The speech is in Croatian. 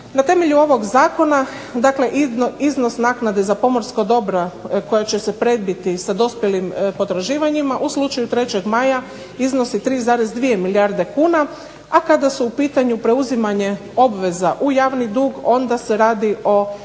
Na temelju ovog zakona, dakle iznos naknade za pomorska dobra koja će se prebiti sa dospjelim potraživanjima u slučaju 3. Maja iznosi 3,2 milijarde kuna, a kada su u pitanju preuzimanje obveza u javni dug onda se radi o